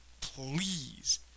please